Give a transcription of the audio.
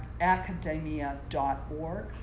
academia.org